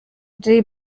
jay